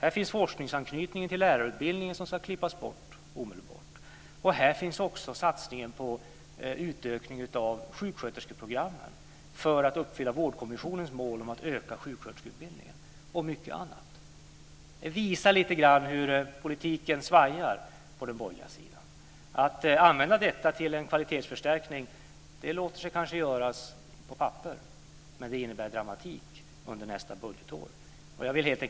Här finns forskningsanknytningen till lärarutbildningen som ska klippas bort omedelbart. Här finns också satsningen på utökningen av sjuksköterskeprogrammen för att uppfylla Vårdkommissionens mål om att öka sjuksköterskeutbildningen och mycket annat. Det visar lite grann hur politiken svajar på den borgerliga sidan. Att använda detta till en kvalitetsförstärkning låter sig kanske göras på papper. Men det innebär dramatik under nästa budgetår.